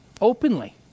Openly